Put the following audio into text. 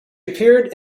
appeared